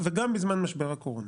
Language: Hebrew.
וגם בזמן משבר הקורונה.